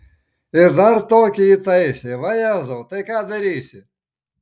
ir dar tokį įtaisė vajezau tai ką darysi